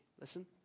Listen